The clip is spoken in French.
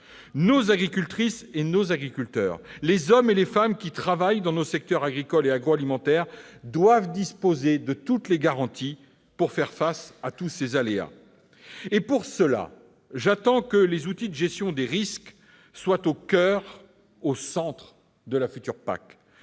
Nos agricultrices et nos agriculteurs, les femmes et les hommes qui travaillent dans nos secteurs agricoles et agroalimentaires, doivent disposer de toutes les garanties pour faire face à ces aléas. Pour cela, j'attends que les outils de gestion des risques soient au coeur de la future PAC.